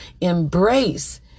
embrace